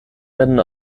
werden